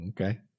Okay